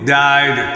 died